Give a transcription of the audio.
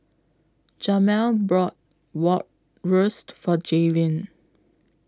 Jamel bought Bratwurst For Jaylin